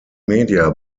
media